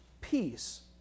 peace